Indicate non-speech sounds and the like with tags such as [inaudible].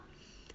[breath]